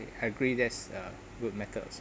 I agree that's a good method also